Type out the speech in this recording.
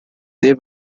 they